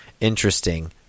interesting